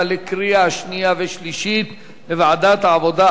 לקריאה שנייה וקריאה שלישית בוועדת העבודה,